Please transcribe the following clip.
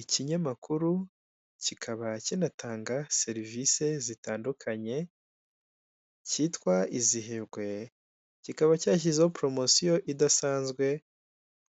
Ikinyamakuru kikaba kinatanga serivise zitandukanye kitwa izihirwe kikaba cyashyizeho poromosiyo idasanzwe